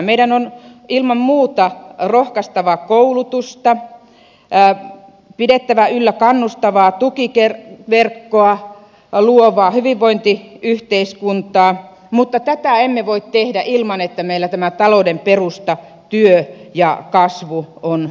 meidän on ilman muuta rohkaistava koulutusta pidettävä yllä kannustavaa tukiverkkoa ja luovaa hyvinvointiyhteiskuntaa mutta tätä emme voi tehdä ilman että meillä tämä talouden perusta työ ja kasvu on olemassa